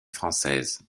française